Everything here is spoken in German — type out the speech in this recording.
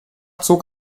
zog